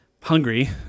hungry